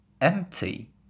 empty